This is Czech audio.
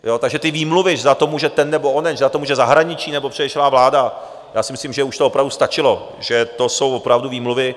Takže ty výmluvy, že za to může ten, nebo onen, že za to může zahraničí, nebo předešlá vláda, já si myslím, že už to opravdu stačilo, že to jsou opravdu výmluvy.